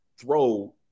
throw